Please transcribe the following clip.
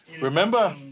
Remember